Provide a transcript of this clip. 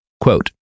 Quote